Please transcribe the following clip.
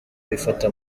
bifata